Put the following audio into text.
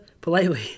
politely